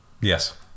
Yes